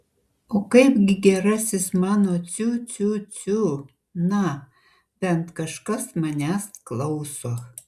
o kaipgi gerasis mano ciu ciu ciu na bent kažkas manęs klauso